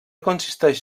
consisteix